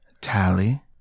tally